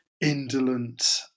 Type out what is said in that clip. indolent